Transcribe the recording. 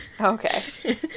Okay